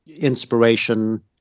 inspiration